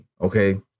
okay